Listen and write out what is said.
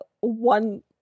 one